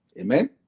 amen